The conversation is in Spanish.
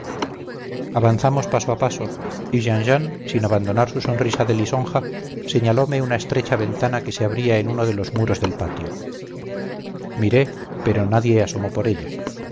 avanzamos paso a paso y jean jean sin abandonar su sonrisa de lisonja señalome una estrecha ventana que se abría en uno de los muros del patio miré pero nadie asomó por ella